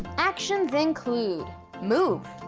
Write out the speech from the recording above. um actions include move,